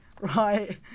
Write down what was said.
Right